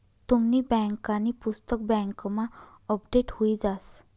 तुमनी बँकांनी पुस्तक बँकमा अपडेट हुई जास